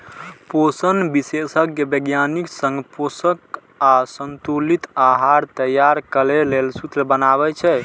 पोषण विशेषज्ञ वैज्ञानिक संग पोषक आ संतुलित आहार तैयार करै लेल सूत्र बनाबै छै